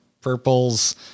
purples